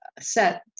set